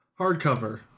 hardcover